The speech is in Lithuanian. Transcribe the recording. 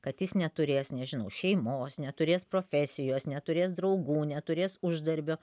kad jis neturės nežinau šeimos neturės profesijos neturės draugų neturės uždarbio